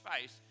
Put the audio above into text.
face